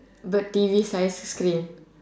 got T_V size screen